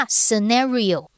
scenario